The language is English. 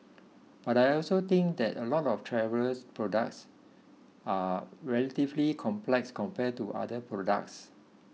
but I also think that a lot of travellers products are relatively complex compared to other products